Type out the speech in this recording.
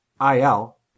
I-L